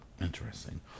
Interesting